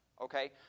okay